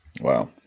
wow